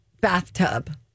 bathtub